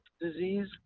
Disease